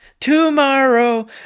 Tomorrow